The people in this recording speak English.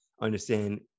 understand